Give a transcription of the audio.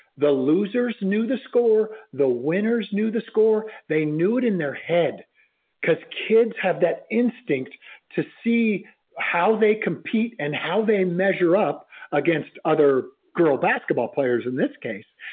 the losers knew the score. the winners knew the score, they knew it in their head because kids have that instinct to see how they compete and how they measure up against other girl basketball players in this case,